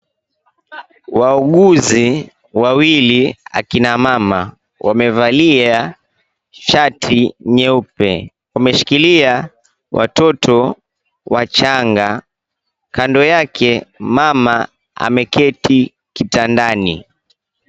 Wauguzi wawili akina mama wamevalia shati nyeupe. Wameshilikilia watoto wachanga. Kando yake mama ameketi kitandani.